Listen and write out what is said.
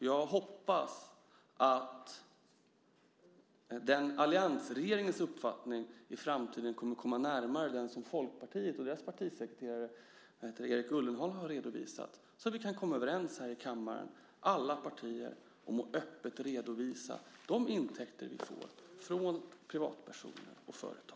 Jag hoppas att alliansregeringens uppfattning i framtiden kommer att komma närmare den som Folkpartiet och dess partisekreterare Erik Ullenhag har redovisat. Då kan vi komma överens här i kammaren - alla partier - om att öppet redovisa de intäkter vi får från privatpersoner och företag.